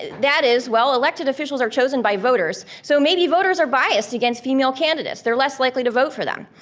that is, well, elected officials are chosen by voters, so maybe voters are biased against female candidates, they're less likely to vote for them.